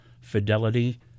fidelity